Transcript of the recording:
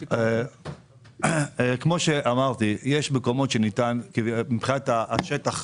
כמו שאמרתי, יש מקומות שניתן מבחינת השטח.